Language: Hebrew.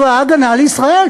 צבא הגנה לישראל,